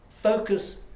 Focus